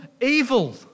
evil